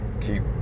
keep